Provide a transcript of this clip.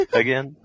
again